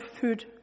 food